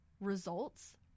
results